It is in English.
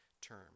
term